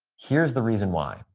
here's the reason why.